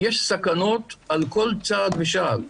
יש סכנות על כל צעד ושעל.